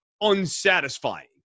unsatisfying